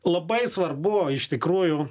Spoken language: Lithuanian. labai svarbu iš tikrųjų